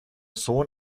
sohn